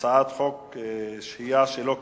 אם כך, אני קובע שהצעת חוק הביטוח הלאומי